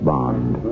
Bond